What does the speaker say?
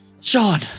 Sean